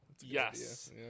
Yes